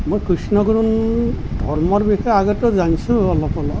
মই কৃষ্ণ গুৰু ধৰ্মৰ বিষয়ে আগতে জানিছিলোঁ অলপ অলপ